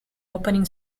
opening